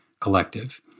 Collective